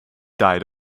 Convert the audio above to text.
died